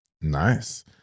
Nice